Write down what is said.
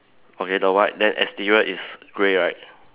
okay the white then exterior is grey right